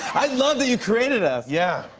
i love that you created us. yeah.